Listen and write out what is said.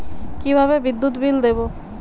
কিভাবে বিদ্যুৎ বিল দেবো?